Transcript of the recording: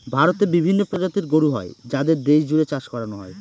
ভারতে বিভিন্ন প্রজাতির গরু হয় যাদের দেশ জুড়ে চাষ করানো হয়